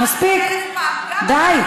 אני אומר זאת אלף פעם, מספיק, די.